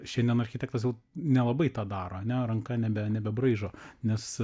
šiandien architektas jau nelabai tą daroane ranka nebe nebebraižo nes